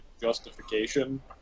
justification